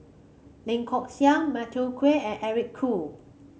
Lee Kong Chian Matthew Ngui and Eric Khoo